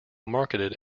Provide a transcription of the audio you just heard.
marketed